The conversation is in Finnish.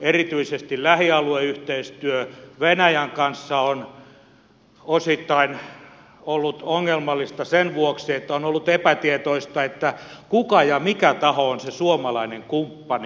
erityisesti lähialueyhteistyö venäjän kanssa on osittain ollut ongelmallista sen vuoksi että on ollut epätietoista kuka ja mikä taho on se suomalainen kumppani